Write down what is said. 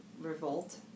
revolt